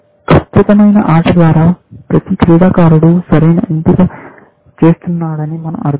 ఖచ్చితమైన ఆట ద్వారా ప్రతి క్రీడాకారుడు సరైన ఎంపిక చేస్తున్నాడని మన అర్థం